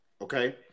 Okay